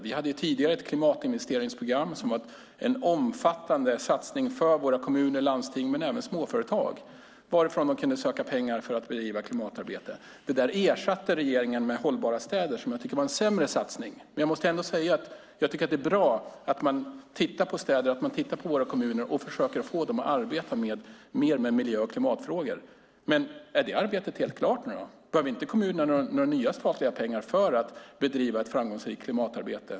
Vi hade tidigare klimatinvesteringsprogram som var en omfattande satsning för våra kommuner och landsting, men även för småföretag, där man kunde söka pengar för att bedriva klimatarbete. Det ersatte regeringen med Hållbara städer, som jag tycker var en sämre satsning. Jag måste ändå säga att jag tycker att det är bra att man tittar på våra städer och kommuner och försöker få dem att arbeta mer med miljö och klimatfrågor. Är det arbetet helt klart nu? Behöver inte kommuner några nya statliga pengar för att bedriva ett framgångsrikt klimatarbete?